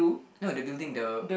no the building though